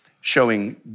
showing